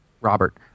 Robert